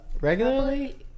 Regularly